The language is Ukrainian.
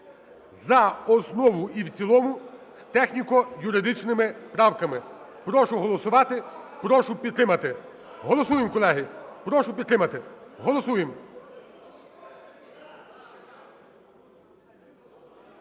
за основу і в цілому з техніко-юридичними правками. Прошу голосувати, прошу підтримати. Голосуємо, колег, прошу підтримати. Голосуємо.